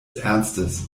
ernstes